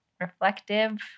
reflective